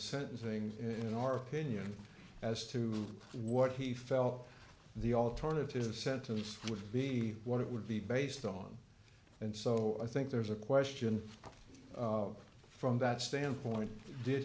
sentencing in our opinion as to what he felt the alternative sentence would be what it would be based on and so i think there's a question from that standpoint did